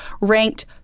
ranked